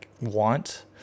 want